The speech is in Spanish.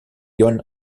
joan